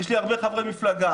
יש לי הרבה חברי מפלגה.